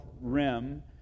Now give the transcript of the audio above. rim